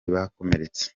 bakomeretse